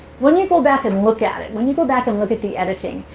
when you go back and look at it, when you go back and look at the editing,